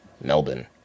Melbourne